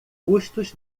custos